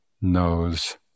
knows